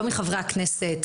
לא מחברי הכנסת,